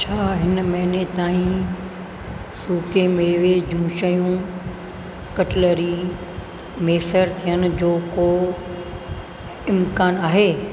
छा हिन महीने ताईं सूके मेवे जूं शयूं कटलरी मुयसरु थियण जो को इम्कान आहे